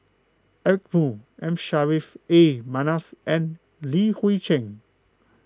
Eric Moo M Saffri A Manaf and Li Hui Cheng